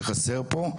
שחסר פה,